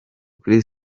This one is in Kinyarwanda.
kuri